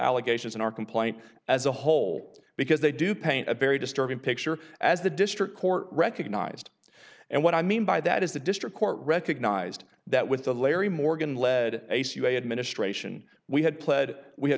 allegations in our complaint as a whole because they do paint a very disturbing picture as the district court recognized and what i mean by that is the district court recognized that with the larry morgan lead a few administration we had